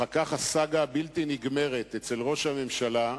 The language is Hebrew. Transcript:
ואחר כך הסאגה הבלתי-נגמרת אצל ראש הממשלה,